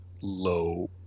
low